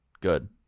Good